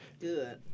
Good